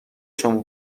شما